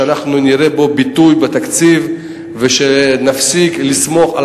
שאנחנו נראה לכך ביטוי בתקציב ונפסיק לסמוך על